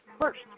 First